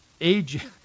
age